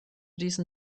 diesen